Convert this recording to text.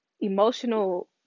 emotional